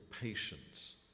patience